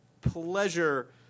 pleasure